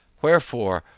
wherefore,